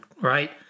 right